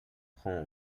prend